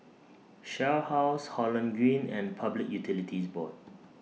Shell House Holland Green and Public Utilities Board